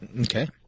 Okay